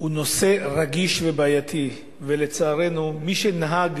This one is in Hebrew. הוא נושא רגיש ובעייתי, ולצערנו, מי שנהג